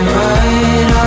right